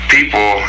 People